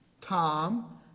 Tom